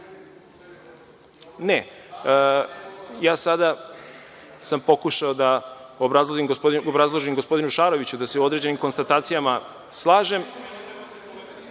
Ne, sada sam pokušao da obrazložim gospodinu Šaroviću da se određenim konstatacijama slažem…